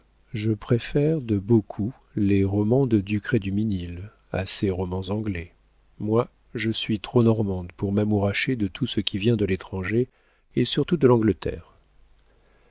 je préfère de beaucoup les romans de ducray duménil à ces romans anglais moi je suis trop normande pour m'amouracher de tout ce qui vient de l'étranger et surtout de l'angleterre